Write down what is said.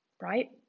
Right